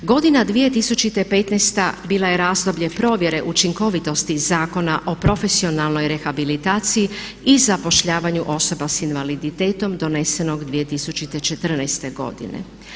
Godina 2015. bila je razdoblje provjere učinkovitosti Zakona o profesionalnoj rehabilitaciji i zapošljavanju osoba s invaliditetom donesenog 2014. godine.